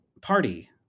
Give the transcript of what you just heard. party